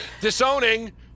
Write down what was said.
Disowning